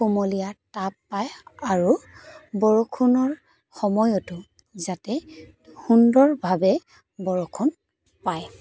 কুমলীয়া তাপ পায় আৰু বৰষুণৰ সময়তো যাতে সুন্দৰভাৱে বৰষুণ পায়